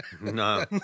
no